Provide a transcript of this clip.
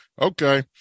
Okay